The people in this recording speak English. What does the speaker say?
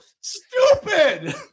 stupid